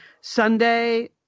Sunday